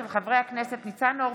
של חברי הכנסת ניצן הורוביץ,